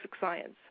science